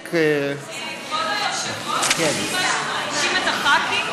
כבוד היושב-ראש, יש סיבה שמענישים את חברי הכנסת?